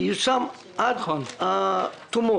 ייושם עד תומו.